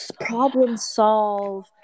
problem-solve